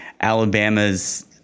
Alabama's